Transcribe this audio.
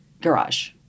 garage